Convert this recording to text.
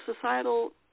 societal